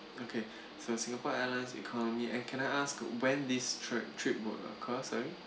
okay so singapore airlines economy and can I ask when this trip trip would occur sorry